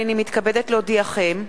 הנני מתכבדת להודיעכם,